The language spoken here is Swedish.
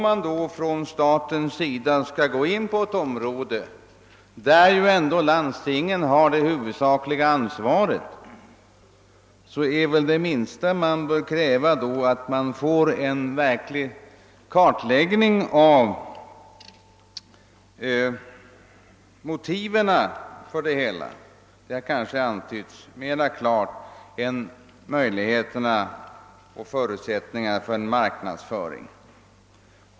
Men om staten skall gå in på ett område, där landstingen dock har det huvudsakliga ansvaret, är väl det minsta vi kan kräva att vi får en verklig kartläggning av motiven för verksamheten — dessa har kanske dock antytts klarare än förutsättningarna för en marknadsföring.